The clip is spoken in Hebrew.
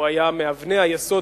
היה מאבני היסוד,